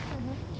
mm hmm